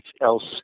else